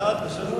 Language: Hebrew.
בעד זה לוועדה.